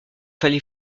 allait